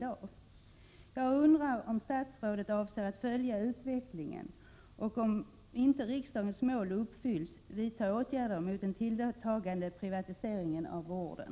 Jag undrar om statsrådet avser att följa utvecklingen och, om inte riksdagens mål uppfylls, vidta åtgärder mot den tilltagande privatiseringen av vården.